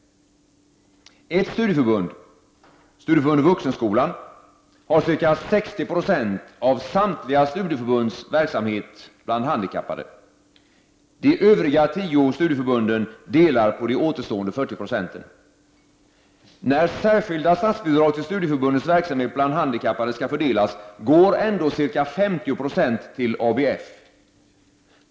Ett studieförbund, Studieförbundet Vuxenskolan, har ca 60 96 av samtliga studieförbunds verksamhet bland handikappade. De övriga 10 studieförbunden delar på de återstående 40 76. När särskilda statsbidrag till studieförbundens verksamhet bland handikappade skall fördelas, går ändå ca 50 90 till ABF.